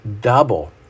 double